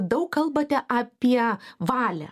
daug kalbate apie valią